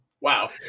Wow